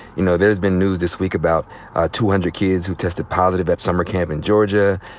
you know, there's been news this week about ah two hundred kids who tested positive at summer camp in georgia.